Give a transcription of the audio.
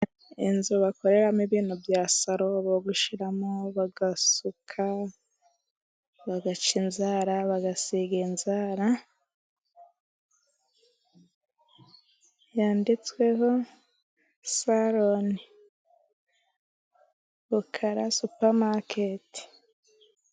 Inzu bakoreramo ibintu bya salo bogosheramo ,bagasuka, bagaca inzara ,bagasiga inzara, yanditsweho saloni Rukara supamaketi.